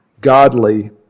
godly